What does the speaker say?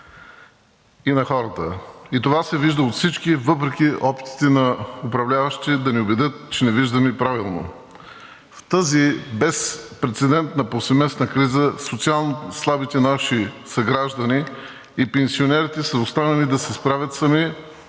и на хората и това се вижда от всички въпреки опитите на управляващите да ни убедят, че не виждаме правилно. В тази безпрецедентна повсеместна криза социално слабите наши съграждани и пенсионерите са оставени да се справят сами